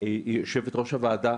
יושבת ראש הוועדה,